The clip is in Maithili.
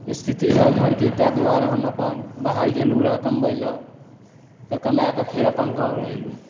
स्थिति रहए घरके तै दुआरे हम अपन बाहर गेलूँ र कमबै लऽ तऽ कमायकऽ फेर अपन गाँव आर एलूँ